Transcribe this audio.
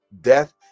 death